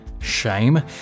Shame